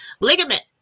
Ligament